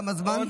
תם הזמן.